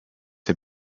had